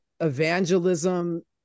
evangelism